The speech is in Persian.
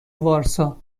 وارسا